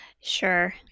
Sure